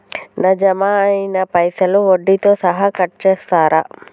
నా జమ అయినా పైసల్ వడ్డీతో సహా కట్ చేస్తరా?